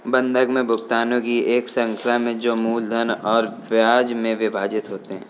बंधक में भुगतानों की एक श्रृंखला में जो मूलधन और ब्याज में विभाजित होते है